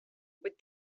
with